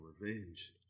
revenge